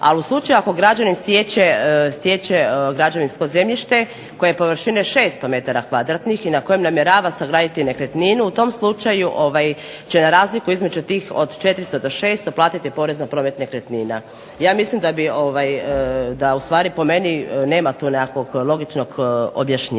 ali u slučaju ako građanin stječe građevinsko zemljište koje je površine 600 m kvadratnih i na kojem namjerava sagraditi nekretninu, u tom slučaju će razliku između tih od 400 do 600 platiti porez na promet nekretnina. Ja mislim da ustvari po meni nema tu nekakvog logičnog objašnjenja